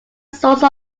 source